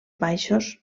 baixos